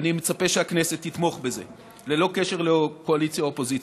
ואני מצפה שהכנסת תתמוך בזה ללא קשר לקואליציה אופוזיציה: